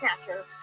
Snatcher